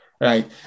right